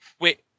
Wait